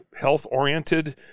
health-oriented